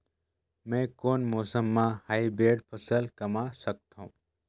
मै कोन मौसम म हाईब्रिड फसल कमा सकथव?